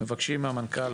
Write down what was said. מבקשים מהמנכ"ל,